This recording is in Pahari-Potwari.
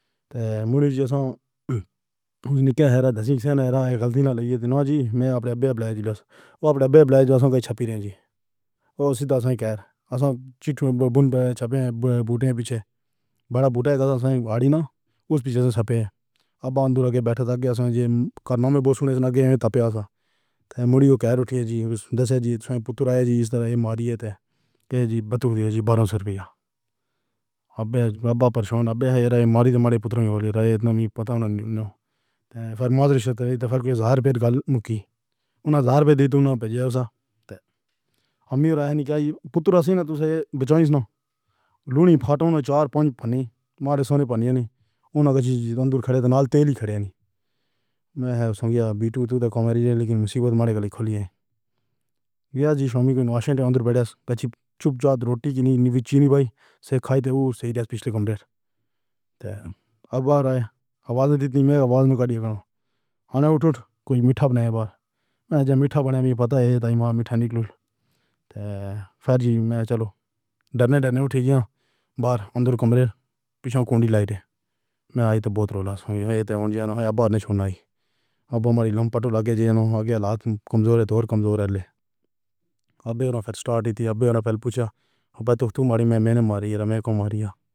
مُنّی جیسا نکّے حیران۔ دس سال رانگھ گھلتی نہ لائیے دینوں جی میں اپنے باپ باپ لے جی لو۔ آپ ڈبّے بلے جاؤ۔ چھپی رہ جی اور سیدھا سا کیر آسم۔ چِٹھی چھپے ہیں بوٹے پیچھے۔ بڑا بوٹا ہے آڑ نہ۔ اُس پیچھے سے سپورٹ۔ آپ بند ہو رہے بیٹھے تھکے ساجے۔ کارموں میں بوسوں لگے تپیّاں سا۔ مُری کو کہہ رہی جی، دس جی پُتر آئے جی، اِس طرح مری ہے۔ تے جی بتک گئی ہے جی برسر پیّا ابّے۔ ابّا پریشان ابے یار ماری تو مرے پُتر ہولی راجے۔ نہ پتا نہ نہ فرمات رہی تو پھر کوئی ہزار روپے گَلّہ مُکھی۔ اُنہوں نے ہزار روپے دے دو۔ نہ بجے سے تو ہمیں نہیں کہا جی پُتر سے بچاؤ نہ لُونی پھاٹو نہ چار پانچ نہیں مارے۔ سونے والی نہیں ہونا جی زندہ کھلائیں تو نال تیل کھلائیں۔ میں سُونگی بھیٹو تُو تیرے کو میری لیکن مُصیبت مارے گلی کھولیے یا جی شام کو آشیاں اندر بیٹھے تھے۔ چُپ چاپ روٹی کی نہیں چینی پائی۔ سے کھائی تو صحیح ریسیپی کمپلیٹ ہے۔ اب باہر ہے، آواز دی تھی میں آواز نِکلی کا۔ ہنی اُٹ کوئی مِٹھا بنائے باہر میں مِٹھا بنے میں۔ پتا ہے تمہار مِٹھائی نکلے گی۔ پھر جی میں چلو ڈرنے ڈرنے اُٹھے یا باہر اندر کمرے پیچھے کنڈی لائٹ ہے۔ میں آئی تو بہت رونا کی تو ہوئی بار نے چھوڑنا ہی اب ہماری لمبا ٹولا کے جانے۔ آگے حالت کمزور ہے اور کمزور ہے۔ اب پھر سٹارٹ ہی اب پھر پہل پوچھا تو تُو ماری مین ماری یا میں کو ماری یا۔